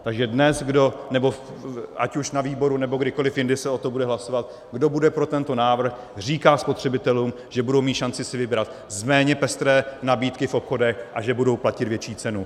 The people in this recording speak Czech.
Takže dnes, kdo ať už na výboru, nebo kdykoliv jindy se o tom bude hlasovat kdo bude pro tento návrh, říká spotřebitelům, že budou mít šanci si vybrat z méně pestré nabídky v obchodech a že budou platit větší cenu.